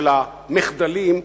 של המחדלים,